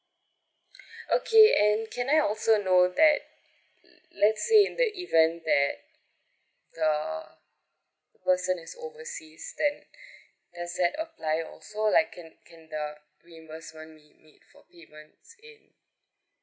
okay and can I also know that let's say in the event that the person is overseas then does that apply also like can can the reimbursement make for payment in